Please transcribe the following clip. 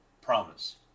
Promise